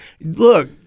look